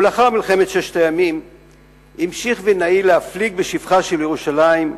ולאחר מלחמת ששת הימים המשיך וילנאי להפליג בשבחה של ירושלים,